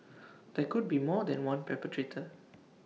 there could be more than one perpetrator